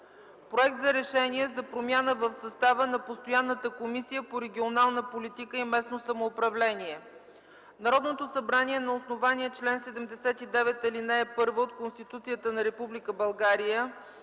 „Проект РЕШЕНИЕ за промяна в състава на Постоянната комисия по регионална политика и местно самоуправление Народното събрание на основание чл. 79, ал. 1 от Конституцията на Република